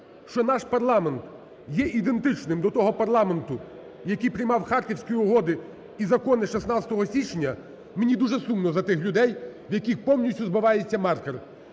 що наш парламент є ідентичним до того парламенту, який приймав Харківські угоди і закони 16 січня, мені дуже сумно за тих людей, у яких повністю збивається маркер.